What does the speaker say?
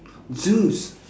zeus